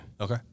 Okay